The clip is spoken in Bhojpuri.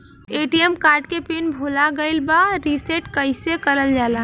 ए.टी.एम कार्ड के पिन भूला गइल बा रीसेट कईसे करल जाला?